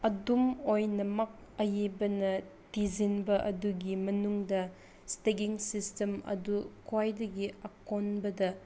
ꯑꯗꯨꯝ ꯑꯣꯏꯅꯃꯛ ꯑꯏꯕꯅ ꯊꯤꯖꯤꯟꯕ ꯑꯗꯨꯒꯤ ꯃꯅꯨꯡꯗ ꯏꯁꯇꯦꯒꯤꯡ ꯁꯤꯁꯇꯦꯝ ꯑꯗꯨ ꯈ꯭ꯋꯥꯏꯗꯒꯤ ꯑꯀꯣꯟꯕꯗ